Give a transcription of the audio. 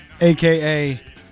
aka